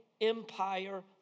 empire